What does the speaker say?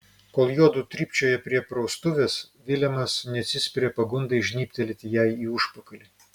kol juodu trypčioja prie praustuvės vilemas neatsispiria pagundai žnybtelėti jai į užpakalį